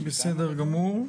בסדר גמור.